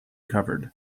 covered